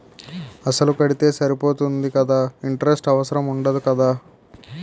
అసలు కడితే సరిపోతుంది కదా ఇంటరెస్ట్ అవసరం ఉండదు కదా?